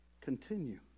continue